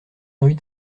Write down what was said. envie